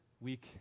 week